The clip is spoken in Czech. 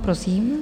Prosím.